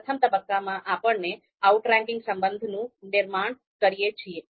પ્રથમ તબક્કામાં આપણે આઉટરેન્કિંગ સંબંધનું નિર્માણ કરીએ છીએ